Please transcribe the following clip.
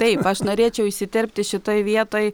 taip aš norėčiau įsiterpti šitoje vietoj